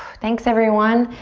thanks everyone.